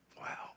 Wow